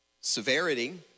severity